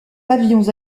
pavillons